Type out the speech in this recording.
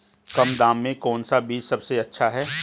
कम दाम में कौन सा बीज सबसे अच्छा है?